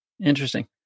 Interesting